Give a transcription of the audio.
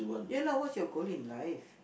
ya lah what's your goal in life